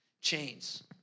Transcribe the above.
chains